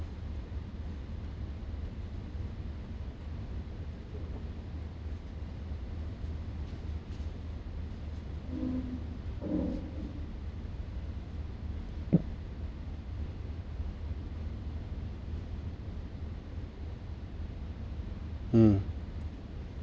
mm